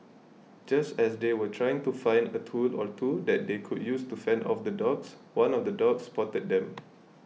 just as they were trying to find a tool or two that they could use to fend off the dogs one of the dogs spotted them